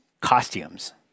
costumes